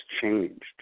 changed